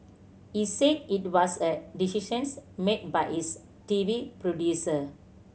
he said it was a decisions made by his T V producer